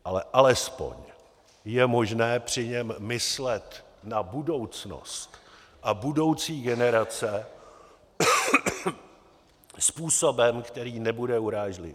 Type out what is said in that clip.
Ale alespoň je možné při něm myslet na budoucnost a budoucí generace způsobem, který nebude urážlivý.